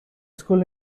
school